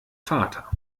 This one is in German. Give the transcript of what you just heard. vater